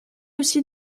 aussi